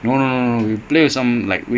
like your primary school friends is it